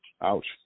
Ouch